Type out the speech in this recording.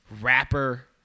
rapper